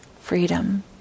freedom